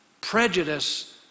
prejudice